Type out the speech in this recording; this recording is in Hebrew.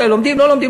לומדים לא לומדים,